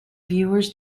viewers